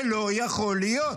זה לא יכול להיות.